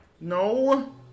No